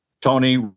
Tony